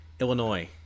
Illinois